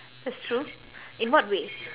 that's true in what way